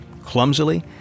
clumsily